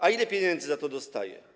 A ile pieniędzy za to dostaje?